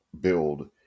build